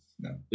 no